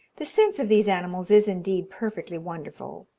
the sense of these animals is, indeed, perfectly wonderful.